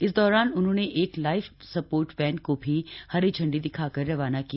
इस दौरान उन्होंन एक लाइफ सपोर्ट वैन को भी हरी झंडी दिखाकर रवाना किया